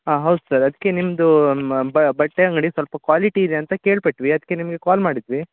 ಹಾಂ ಹೌದು ಸರ್ ಅದ್ಕೆ ನಿಮ್ಮದು ಬಟ್ಟೆ ಅಂಗಡಿ ಸ್ವಲ್ಪ ಕ್ವಾಲಿಟಿ ಇದೆ ಅಂತ ಕೇಳ್ಪಟ್ವಿ ಅದ್ಕೆ ನಿಮಗೆ ಕಾಲ್ ಮಾಡಿದ್ವಿ